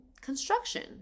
construction